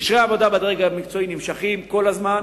קשרי העבודה בדרג המקצועי נמשכים כל הזמן,